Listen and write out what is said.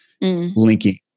linking